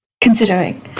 Considering